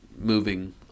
moving